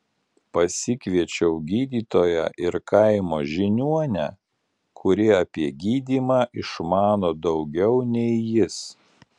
pasikviečiau gydytoją ir kaimo žiniuonę kuri apie gydymą išmano daugiau nei jis